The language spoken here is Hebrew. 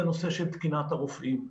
זה הנושא של תקינת הרופאים,